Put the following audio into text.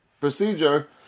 procedure